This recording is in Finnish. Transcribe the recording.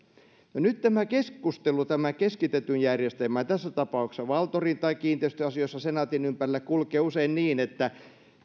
nyt keskustelu keskitetyn järjestelmän tässä tapauksessa valtorin tai kiinteistöasioissa senaatin ympärillä kulkee usein niin että